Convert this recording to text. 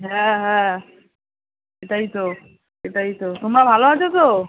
হ্যাঁ হ্যাঁ সেটাই তো সেটাই তো তোমরা ভালো আছো তো